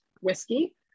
whiskey